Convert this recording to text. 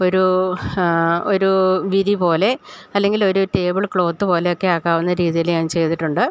ഒരു ഒരു വിരി പോലെ അല്ലെങ്കിൽ ഒരു ടേബിൾ ക്ലോത്ത് പോലെയൊക്കെ ആക്കാവുന്ന രീതിയിൽ ഞാൻ ചെയ്തിട്ടുണ്ട്